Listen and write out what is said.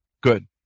Good